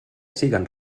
siguen